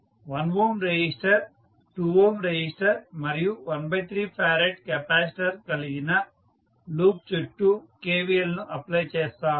1Ω resistor 2Ωరెసిస్టర్ మరియు 13F capacitor కలిగిన లూప్ చుట్టూ KVLను అప్లై చేస్తాము